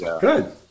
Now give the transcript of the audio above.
Good